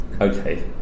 Okay